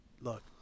look